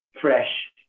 fresh